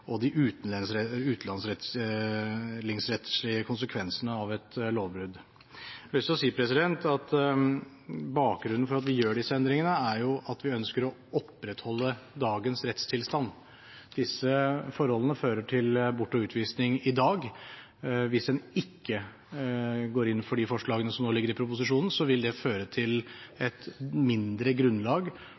og de utlendingsrettslige konsekvensene av et lovbrudd. Jeg har lyst til å si at bakgrunnen for at vi gjør disse endringene, er at vi ønsker å opprettholde dagens rettstilstand. Disse forholdene fører til bortvisning og utvisning i dag. Hvis en ikke går inn for disse forslagene som ligger i proposisjonen, vil det føre til et dårligere grunnlag